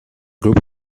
group